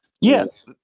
Yes